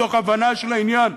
מתוך הבנה של העניין.